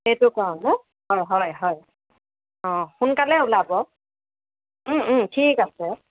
সেইটো কাৰণে অঁ হয় হয় অঁ সোনকালে ওলাব ঠিক আছে